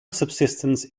subsidence